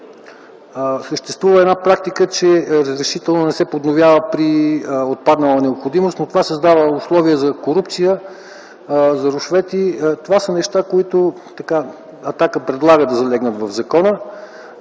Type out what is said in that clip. съществува практика, че разрешително не се подновява при отпаднала необходимост. Това създава условия за корупция и рушвети – неща, които „Атака” предлага да залегнат в закона.